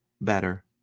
better